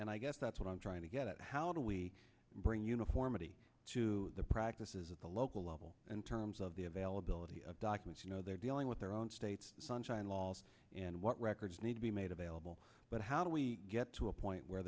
i guess that's what i'm trying to get at how do we bring uniformity to the practices at the local level and terms of the availability of documents you know they're dealing with their own state's sunshine laws and what records need to be made available but how do we get to a point where